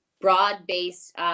broad-based